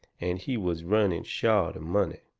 and he was running short of money.